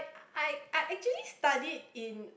I I actually studied in